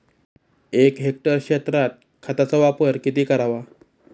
एक हेक्टर क्षेत्रात खताचा वापर किती करावा?